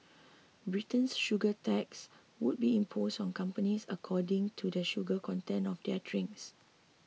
Britain's sugar tax would be imposed on companies according to the sugar content of their drinks